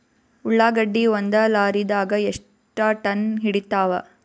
ಉಳ್ಳಾಗಡ್ಡಿ ಒಂದ ಲಾರಿದಾಗ ಎಷ್ಟ ಟನ್ ಹಿಡಿತ್ತಾವ?